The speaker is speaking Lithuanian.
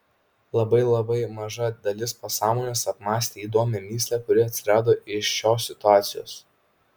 labai labai maža dalis pasąmonės apmąstė įdomią mįslę kuri atsirado iš šios situacijos